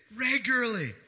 regularly